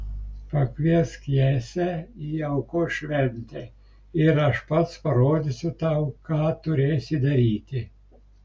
pakviesk jesę į aukos šventę ir aš pats parodysiu tau ką turėsi daryti